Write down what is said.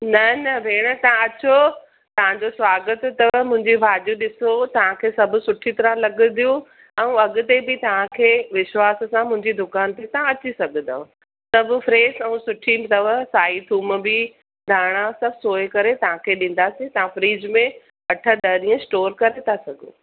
न न भेण तां अचो तव्हांजो स्वागत अथव मुंहिंजी भाॼियूं ॾिसो तव्हांखे सभु सुठी तरह लॻंदियूं ऐं अॻिते बि तव्हांखे विश्वास सां मुंहिंजी दुकान ते तव्हां अची सघंदव सभु फ़्रेश ऐं सुठी अथव साई थूम बि धाणा सभु सोए करे तव्हांखे ॾींदासीं तव्हां फ्रिज में अठ ॾह ॾींहं स्टोर करे था सघो